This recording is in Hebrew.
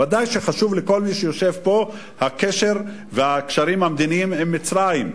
ודאי שחשוב לכל מי שיושב פה הקשר והקשרים המדיניים עם מצרים,